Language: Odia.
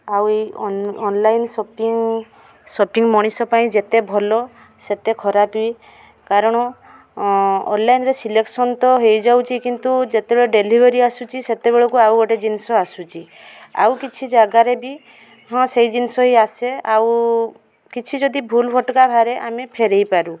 ଆଉ ଏଇ ଅନଲାଇନ୍ ସପିଂ ସପିଂ ମଣିଷ ପାଇଁ ଯେତେ ଭଲ ସେତେ ଖରାପ ବି କାରଣ ଅନଲାଇନ୍ରେ ସିଲେକ୍ସନ୍ ତ ହେଇଯାଉଛି କିନ୍ତୁ ଯେତେବେଳେ ଡେଲିଭରି ଆସୁଛି ସେତେବେଳକୁ ଆଉ ଗୋଟେ ଜିନିଷ ଆସୁଛି ଆଉ କିଛି ଜାଗାରେ ବି ହଁ ସେହି ଜିନିଷ ହିଁ ଆସେ ଆଉ କିଛି ଯଦି ଭୁଲ୍ ଭଟକା ବାହାରେ ଆମେ ଫେରେଇପାରୁ